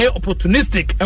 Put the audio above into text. opportunistic